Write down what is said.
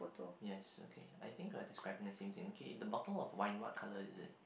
yes okay I think we're describing the same thing okay the bottle of wine what colour is it